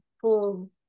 full